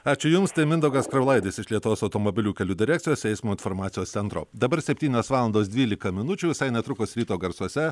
ačiū jums tai mindaugas karolaitis iš lietuvos automobilių kelių direkcijos eismo informacijos centro dabar septynios valandos dvylika minučių visai netrukus ryto garsuose